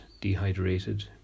dehydrated